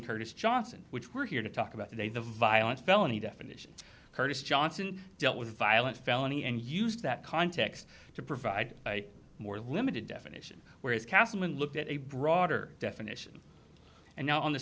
curtis johnson which we're here to talk about today the violent felony definition curtis johnson dealt with violent felony and use that context to provide a more limited definition whereas kathman looked at a broader definition and now on